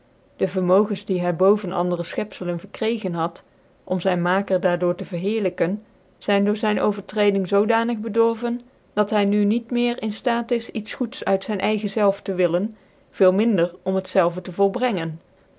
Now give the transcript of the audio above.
de vermogens die hy boeven andere fchcpzclcn verkreegen had om zyn maker daar door te verheerlyken zyn door zyn overtreding zoodanig bedurvcn dat hy nu niet meer in ftaat is iets goeds uit zyn eigen zelve te willen veel minder om het zelve te volbrengen